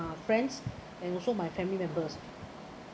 friends and also my family members